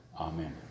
amen